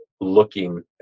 looking